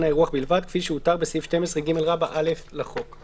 האירוח בלבד כפי שהותר בסעיף 12ג(א) לחוק.